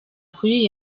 kuri